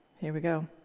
here we go.